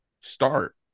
start